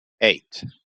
eight